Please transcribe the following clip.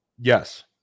Yes